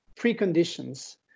preconditions